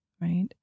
right